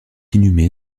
inhumé